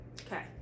Okay